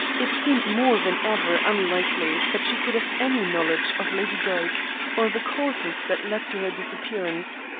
it seemed more than ever unlikely that she could have any knowledge of lady dyke or the causes that led to her disappearance.